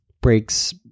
breaks